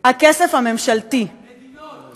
הכסף הממשלתי, מדינות.